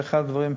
לכן,